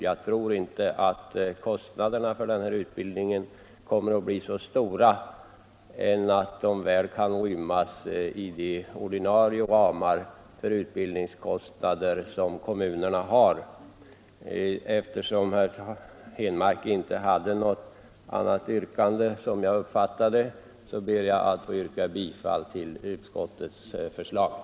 Jag tror inte att kostnaderna för utbildningen kommer att bli så stora att de inte väl kan rymmas inom de ordinarie ramar för utbildningskostnader som kommunerna har. Herr talman! Jag ber att få yrka bifall till utskottets hemställan.